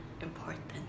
important